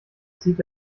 zieht